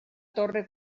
torre